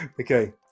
Okay